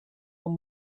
one